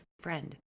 friend